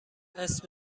اسم